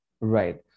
Right